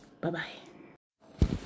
Bye-bye